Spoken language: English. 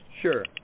Sure